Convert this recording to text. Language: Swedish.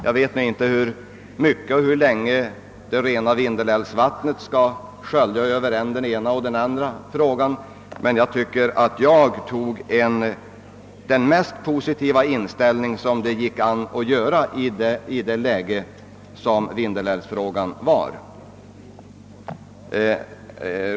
Jag vet inte i hur stor omfattning och under hur lång tid det rena vindelälvsvattnet skall skölja över än den ena och än den andra frågan, men jag anser att jag intog den mest positiva ståndpunkt som det var möjligt att göra i det läge vindelälvsfrågan befann sig.